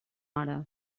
hora